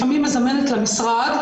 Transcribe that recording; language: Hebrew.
לפעמים מזמנת למשרד,